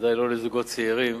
ודאי לא לזוגות צעירים